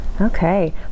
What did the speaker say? Okay